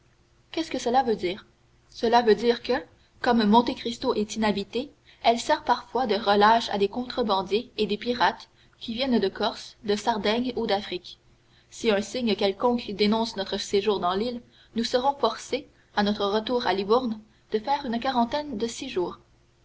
qu'est-ce que cela veut dire cela veut dire que comme monte cristo est inhabitée et sert parfois de relâche à des contrebandiers et des pirates qui viennent de corse de sardaigne ou d'afrique si un signe quelconque dénonce notre séjour dans l'île nous serons forcés à notre retour à livourne de faire une quarantaine de six jours